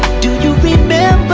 do you remember,